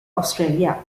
australia